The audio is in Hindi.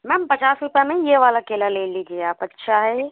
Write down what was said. मैम पचास रूपये में यह वाला केला ले लीजिए आप अच्छा है यह